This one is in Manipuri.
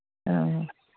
ꯑ